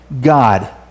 God